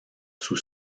sous